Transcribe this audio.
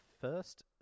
first